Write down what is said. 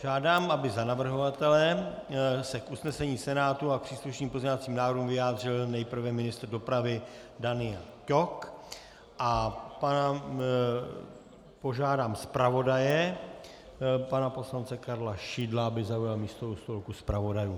Žádám, aby za navrhovatele se k usnesení Senátu a k příslušným pozměňovacím návrhům vyjádřil nejprve ministr dopravy Daniel Ťok, a požádám zpravodaje pana poslance Karla Šidla, aby zaujal místo u stolku zpravodajů.